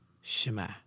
shema